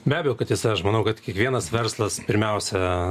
be abejo kad tiesa aš manau kad kiekvienas verslas pirmiausia